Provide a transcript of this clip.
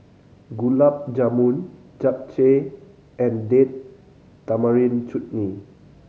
Gulab Jamun Japchae and Date Tamarind Chutney